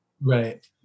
Right